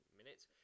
minutes